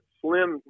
slim